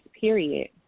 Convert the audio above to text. period